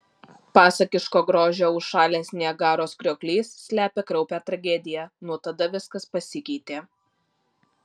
pasakiško grožio užšalęs niagaros krioklys slepia kraupią tragediją nuo tada viskas pasikeitė